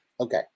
Okay